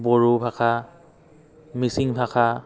বড়ো ভাষা মিচিং ভাষা